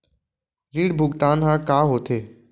ऋण भुगतान ह का होथे?